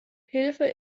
hilfe